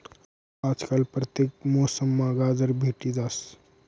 आजकाल परतेक मौसममा गाजर भेटी जास